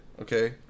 okay